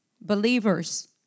believers